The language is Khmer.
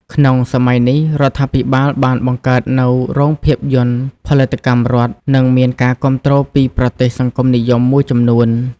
ក្នុងសម័យនេះ រដ្ឋាភិបាលបានបង្កើតនូវ រោងភាពយន្តផលិតកម្មរដ្ឋ ហើយមានការគាំទ្រពីប្រទេសសង្គមនិយមមួយចំនួន។